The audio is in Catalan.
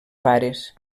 pares